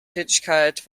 tätigkeit